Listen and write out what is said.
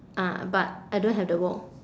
ah but I don't have the book